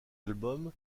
album